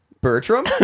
Bertram